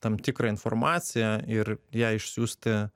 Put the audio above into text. tam tikrą informaciją ir ją išsiųsti